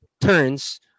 turns